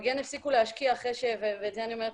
הפסיקו להשקיע במגן אחרי ואת זה אני אומרת